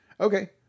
Okay